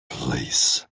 place